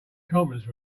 conference